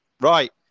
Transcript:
Right